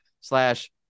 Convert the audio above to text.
slash